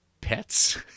pets